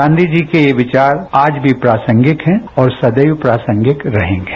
गांधी जी के ये विचार आज भी प्रासंगिक हैं और सदैव प्रासंगिक रहेंगे